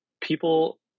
people